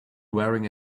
wearing